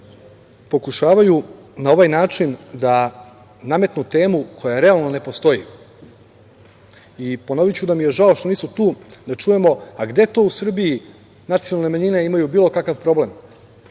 pokušavaju na ovaj način da nametnu temu koja realno ne postoji. Ponoviću da mi je žao što nisu tu, da čujemo gde to u Srbiji nacionalne manjine imaju bilo kakav problem,